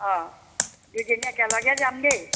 অঁ দুইজনী একেলগে যাম দেই